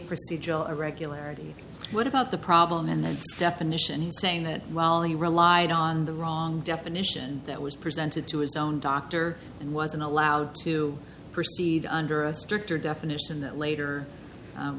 procedural irregularity what about the problem in the definition saying that while he relied on the wrong definition that was presented to his own doctor and wasn't allowed to proceed under a stricter definition that later